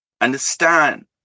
Understand